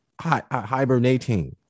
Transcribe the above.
hibernating